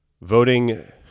Voting